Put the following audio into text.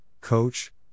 coach